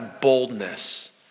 boldness